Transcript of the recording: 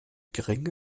geringe